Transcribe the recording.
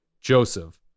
Joseph